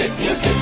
music